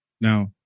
Now